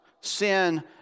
sin